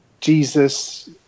Jesus